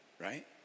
right